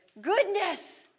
goodness